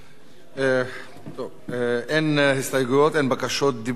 אין הסתייגויות, אין בקשות דיבור להצעת החוק.